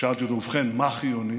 ושאלתי אותו: ובכן, מה חיוני?